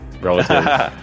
relative